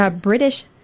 British